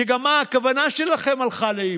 שגם הכוונה שלכם הלכה לאיבוד,